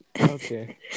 Okay